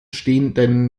stehenden